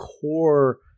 core